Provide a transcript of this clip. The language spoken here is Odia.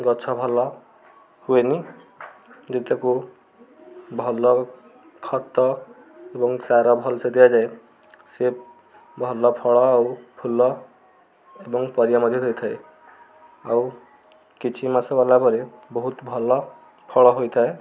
ଗଛ ଭଲ ହୁଏନି ଯଦି ତାକୁ ଭଲ ଖତ ଏବଂ ସାର ଭଲସେ ଦିଆଯାଏ ସିଏ ଭଲ ଫଳ ଆଉ ଫୁଲ ଏବଂ ପରିବା ମଧ୍ୟ ଦେଇଥାଏ ଆଉ କିଛି ମାସ ଗଲା ପରେ ବହୁତ ଭଲ ଫଳ ହୋଇଥାଏ